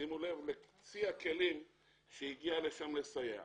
שימו לב לצי הכלים שהגיע לשם לסייע.